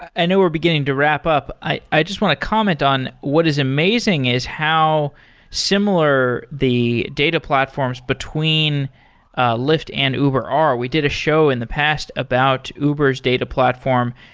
i know we're beginning to wrap up. i i just want to comment on what is amazing is how similar the data platforms between lyft and uber are. we did a show in the past about uber s data platform.